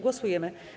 Głosujemy.